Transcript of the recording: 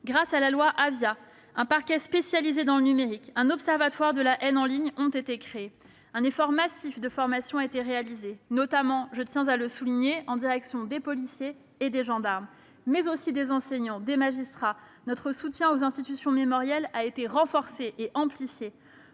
haineux sur internet, un parquet spécialisé dans le numérique et un observatoire de la haine en ligne ont été créés. Un effort massif de formation a été accompli, notamment- je tiens à le souligner -auprès des policiers et des gendarmes, mais aussi des enseignants et des magistrats. Notre soutien aux institutions mémorielles a été renforcé et amplifié.